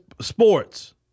sports